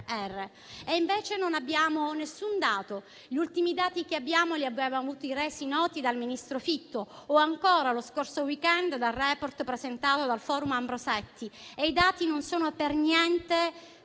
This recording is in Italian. Invece, non abbiamo nessun dato. Gli ultimi dati che abbiamo li abbiamo avuti tutti dal ministro Fitto o, ancora lo scorso *weekend*, dal *report* presentato dal Forum Ambrosetti. I dati non sono per niente